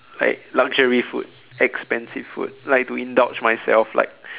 like luxury food expensive food like to indulge myself like